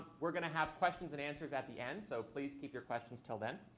we're going to have questions and answers at the end. so please keep your questions until then.